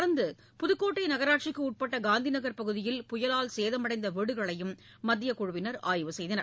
தொடர்ந்து புதுக்கோட்டை நகராட்சிக்கு உட்பட்ட காந்திநகர் பகுதியில் புயலால் சேதமடைந்த வீடுகளையும் மத்தியக் குழுவினர் ஆய்வு செய்தனர்